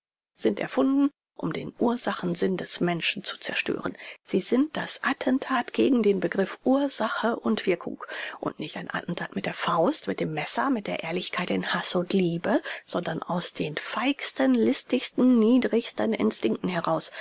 sind erfunden um den ursachen sinn des menschen zu zerstören sie sind das attentat gegen den begriff ursache und wirkung und nicht ein attentat mit der faust mit dem messer mit der ehrlichkeit in haß und liebe sondern aus den feigsten listigsten niedrigsten instinkten heraus